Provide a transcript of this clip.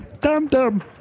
Dum-dum